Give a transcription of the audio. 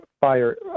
fire